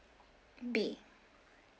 B